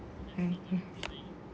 okay